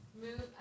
move